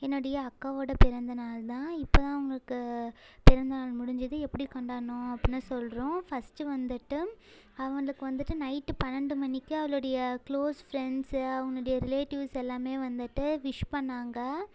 என்னுடைய அக்காவோடய பிறந்த நாள் தான் இப்போ தான் அவங்களுக்குப் பிறந்த நாள் முடிஞ்சது எப்படி கொண்டாடினோம் அப்புடின்னு சொல்கிறோம் ஃபர்ஸ்ட்டு வந்துட்டு அவளுக்கு வந்துட்டு நைட்டு பன்னெண்டு மணிக்கு அவளுடைய க்ளோஸ் ஃப்ரெண்ட்ஸு அவளுடைய ரிலேட்டிவ்ஸ் எல்லாமே வந்துட்டு விஷ் பண்ணாங்க